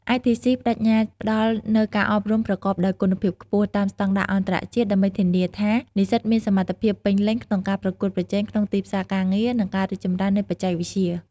ITC ប្តេជ្ញាផ្តល់នូវការអប់រំប្រកបដោយគុណភាពខ្ពស់ តាមស្តង់ដារអន្តរជាតិ ដើម្បីធានាថានិស្សិតមានសមត្ថភាពពេញលេញក្នុងការប្រកួតប្រជែងក្នុងទីផ្សារការងារ និងការរីកចម្រើននៃបច្ចេកវិទ្យា។